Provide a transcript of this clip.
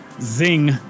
Zing